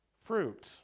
fruit